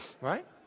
right